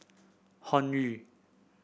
hoyu